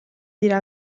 dira